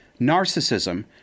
Narcissism